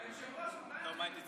היושב-ראש, מתי אני?